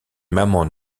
maman